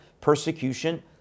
persecution